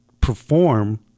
perform